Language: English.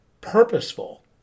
purposeful